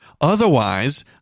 Otherwise